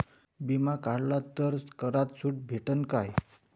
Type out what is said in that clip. बिमा काढला तर करात सूट भेटन काय?